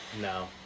No